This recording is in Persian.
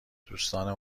دوستان